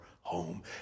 home